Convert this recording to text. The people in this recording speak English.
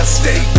stay